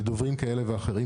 לדוברים כאלה ואחרים,